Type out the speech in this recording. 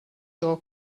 your